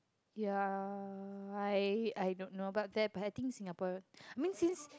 ya I I don't know but there I think Singapore I mean since